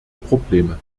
probleme